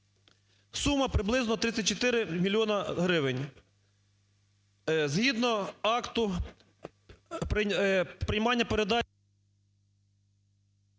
сума приблизно 34 мільйона гривень. Згідно акту приймання передачі…